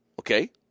okay